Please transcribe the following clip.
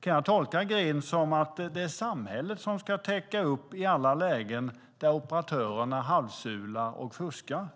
Ska jag tolka Green som att samhället ska täcka upp i alla lägen där operatörerna halvsular och fuskar?